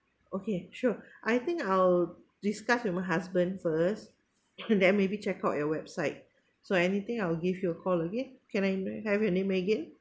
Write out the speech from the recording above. okay sure I think I'll discuss with my husband first then maybe check out your website so anything I'll give you a call again can I emai~ have your name again